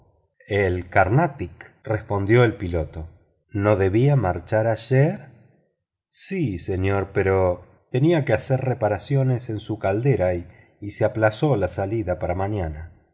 el carnatic respondió el piloto no debía marchar ayer sí señor pero tenía que hacer reparaciones en su caldera y se aplazó la salida para mañana